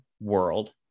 world